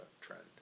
trend